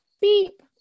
beep